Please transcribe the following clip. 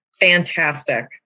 Fantastic